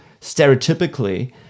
stereotypically